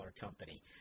company